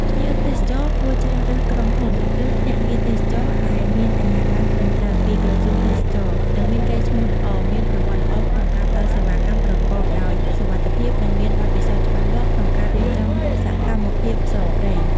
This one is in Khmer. ភ្ញៀវទេសចរគួរជ្រើសរើសក្រុមហ៊ុន ឬភ្នាក់ងារទេសចរណ៍ដែលមានអាជ្ញាប័ណ្ណត្រឹមត្រូវពីក្រសួងទេសចរណ៍ និងមានកេរ្តិ៍ឈ្មោះល្អ មានប្រវត្តិល្អក្នុងការផ្ដល់សេវាកម្មប្រកបដោយសុវត្ថិភាព និងមានបទពិសោធន៍ច្បាស់លាស់ក្នុងការរៀបចំសកម្មភាពផ្សងព្រេង។